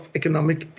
economic